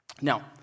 Now